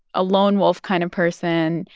a lone-wolf kind of person,